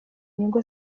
nyungu